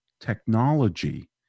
technology